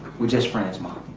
we're just friends mom.